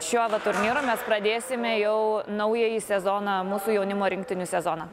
šiuo va turnyru mes pradėsime jau naująjį sezoną mūsų jaunimo rinktinių sezoną